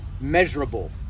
measurable